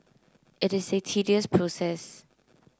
it is a tedious process